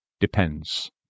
depends